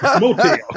Motel